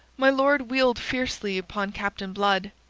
my lord wheeled fiercely upon captain blood.